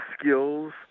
skills